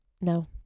No